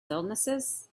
illnesses